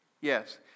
Yes